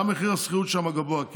גם מחירי השכירות שם גבוהים,